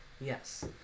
Yes